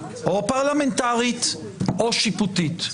או פרלמנטרית או שיפוטית.